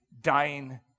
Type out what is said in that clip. dying